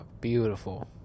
Beautiful